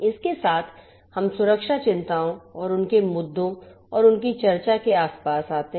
इसके साथ हम सुरक्षा चिंताओं और उनके मुद्दों और उनकी चर्चा के आसपास आते हैं